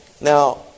Now